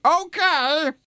Okay